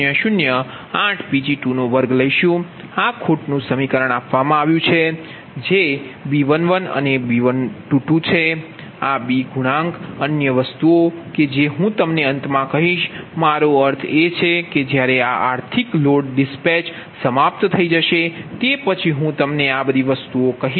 આ B ગુણાંક અન્ય વસ્તુઓ કે જે હું તમને અંતમાં કહીશ મારો અર્થ છે કે જ્યારે આ આર્થિક લોડ રવાનગી સમાપ્ત થઈ જશે તે પછી હું તમને કહીશ